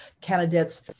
candidates